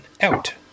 Out